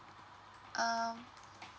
um